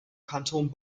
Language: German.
kanton